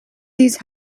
these